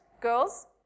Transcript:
girls